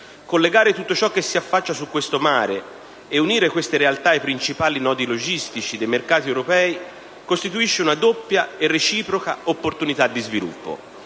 Collegare tutto ciò che si affaccia su questo mare e unire queste realtà ai principali nodi logistici dei mercati europei costituisce una doppia e reciproca opportunità di sviluppo.